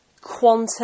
quantum